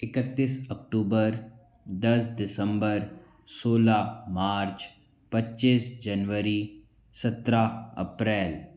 इकतीस अक्टूबर दस दिसम्बर सोलह मार्च पच्चीस जनवरी सत्रह अप्रैल